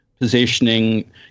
positioning